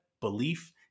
belief